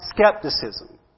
skepticism